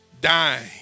dying